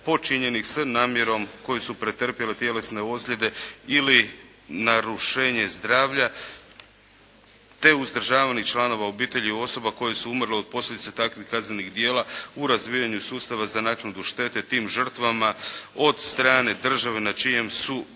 počinjenih s namjerom koje su pretrpjele tjelesne ozljede ili narušenje zdravlja, te uzdržavanih članova obitelji i osoba koje su umrle od posljedica takvih kaznenih djela u razvijanju sustava za naknadu štete tim žrtvama od strane države na čijem su